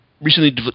recently